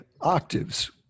octaves